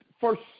first